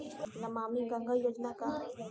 नमामि गंगा योजना का ह?